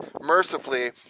mercifully